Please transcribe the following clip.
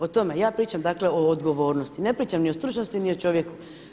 O tome, ja pričam dakle o odgovornosti, ne pričam ni o stručnosti ni o čovjeku.